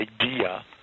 idea